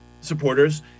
supporters